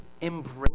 embrace